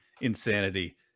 insanity